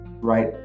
Right